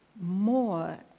more